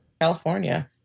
California